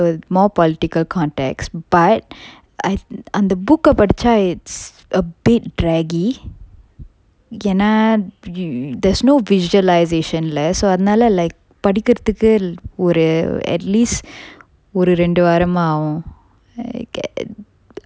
more political context but அந்த:antha book eh படிச்சா:padicha it's a bit draggy ஏன்னா:eanna there's no visualisation lah so அதனால:athanala like படிக்கிறதுக்கு ஒரு:padikirathukku oru at least ஒரு ரெண்டு வாரம்மாவும்:oru rendu varammavum